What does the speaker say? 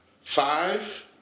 five